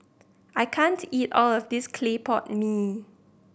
I can't eat all of this clay pot mee